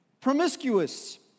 Promiscuous